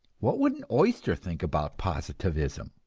what would an oyster think about positivism?